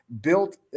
built